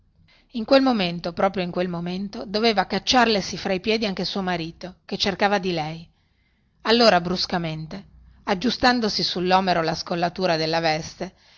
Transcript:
in quel momento proprio in quel momento doveva cacciarlesi fra i piedi anche suo marito che cercava di lei allora bruscamente aggiustandosi sullomero la scollatura della veste